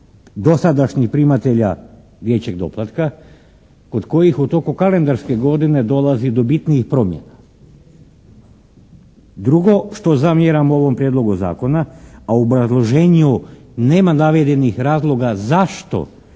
dosadašnjih primatelja dječjeg doplatka kod kojih u toku kalendarske godine dolazi do bitnijih promjena. Drugo što zamjeram ovom prijedlogu zakona a u obrazloženju nema navedenih razloga zašto